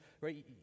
right